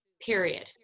period